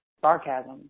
sarcasm